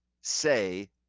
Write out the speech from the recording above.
say